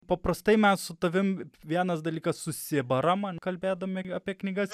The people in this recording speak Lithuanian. paprastai mes su tavim vienas dalykas susibaram kalbėdami apie knygas